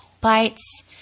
Bites